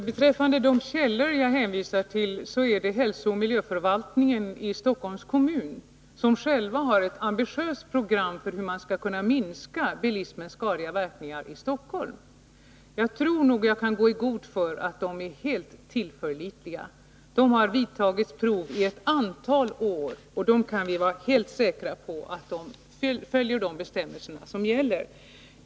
Herr talman! Den källa jag hänvisar till är hälsooch miljöförvaltningen i Stockholms kommun, som själv har ett ambitiöst program för hur man skall minska bilismens skadliga verkningar i Stockholm. Jag tror att jag kan gå i god för att uppgifterna är helt tillförlitliga. Man har vidtagit prov i ett antal år, och vi kan vara helt säkra på att de följer de bestämmelser som gäller.